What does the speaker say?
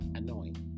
annoying